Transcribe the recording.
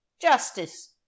Justice